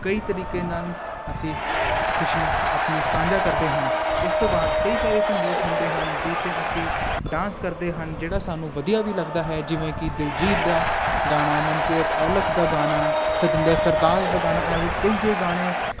ਕਈ ਤਰੀਕੇ ਨਾਲ ਅਸੀਂ ਖੁਸ਼ੀ ਆਪਣੀ ਸ਼ਾਂਝਾ ਕਰਦੇ ਹਨ ਇਸ ਤੋਂ ਬਾਅਦ ਕਈ ਸਾਰੇ ਸੰਗੀਤ ਹੁੰਦੇ ਹਨ ਜਿਹ 'ਤੇ ਅਸੀਂ ਡਾਂਸ ਕਰਦੇ ਹਨ ਜਿਹੜਾ ਸਾਨੂੰ ਵਧੀਆ ਵੀ ਲੱਗਦਾ ਹੈ ਜਿਵੇਂ ਕਿ ਦਿਲਜੀਤ ਦਾ ਗਾਣਾ ਮਨਕੀਰਤ ਔਲਖ ਦਾ ਗਾਣਾ ਸਤਿੰਦਰ ਸਰਤਾਜ ਦਾ ਗਾਣਾ ਐਂਵੇ ਕਈ ਜੇ ਗਾਣੇ